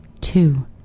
two